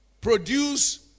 produce